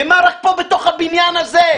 ומה רק פה בבניין הזה,